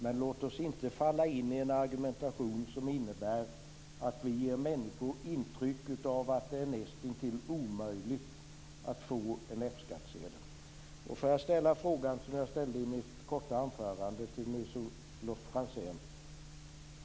Men låt oss inte falla inte falla in i en argumentation som innebär att vi ger människor intryck av att det är nästintill omöjligt att få en F-skattsedel. Jag vill åter ställa den fråga som jag tidigare ställde till Jan-Olof Franzén.